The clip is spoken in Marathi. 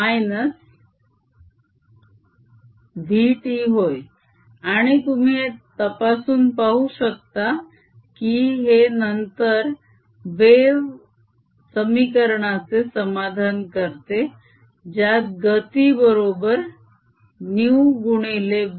आणि तुम्ही हे तपासून पाहू शकता की हे नंतर वेव समीकरणाचे समाधान करते ज्यात गती बरोबर ν गुणिले λ आहे